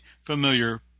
familiar